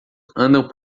andam